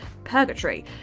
purgatory